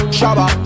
shaba